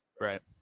Right